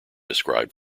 described